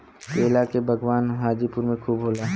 केला के बगान हाजीपुर में खूब होला